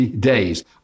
days